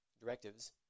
directives